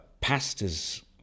pastors